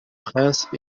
princes